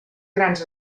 grans